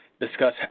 discuss